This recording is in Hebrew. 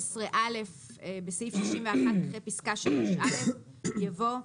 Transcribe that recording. (15א)בסעיף 61, אחרי פסקה 3א יבוא: